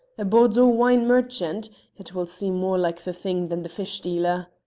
a bordeaux wine merchant it will seem more like the thing than the fish dealer.